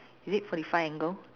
is it forty five angle